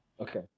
Okay